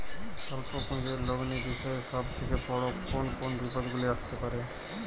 স্বল্প পুঁজির লগ্নি বিষয়ে সব থেকে বড় কোন কোন বিপদগুলি আসতে পারে?